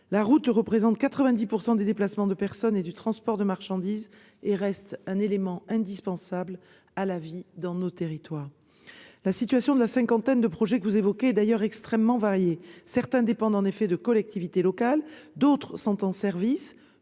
la route représente 90 % des déplacements de personnes et du transport de marchandises, et reste un élément indispensable à la vie de nos territoires. En outre, la situation de la cinquantaine de projets que vous évoquez est extrêmement variée. En effet, les uns dépendent de collectivités locales, les autres sont en service,